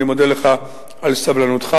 אני מודה לך על סבלנותך,